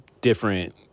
different